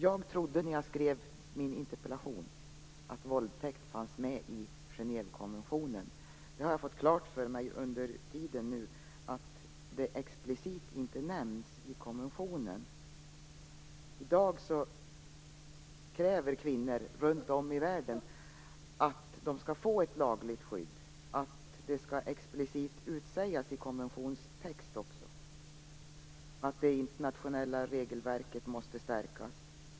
Jag trodde när jag skrev min interpellation att våldtäkt fanns med i Genèvekonventionen. Jag har sedan dess fått klart för mig att våldtäkt inte nämns explicit i konventionen. Kvinnor kräver i dag runt om i världen att de skall få ett lagligt skydd och att det också explicit skall utsägas i konventionstext att det internationella regelverket måste stärkas.